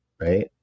right